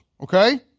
okay